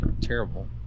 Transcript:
Terrible